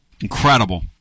Incredible